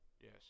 yes